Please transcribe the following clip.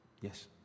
Yes